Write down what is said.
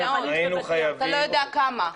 --- מאוד מעניין --- אתה לא יודע כמה.